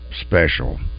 special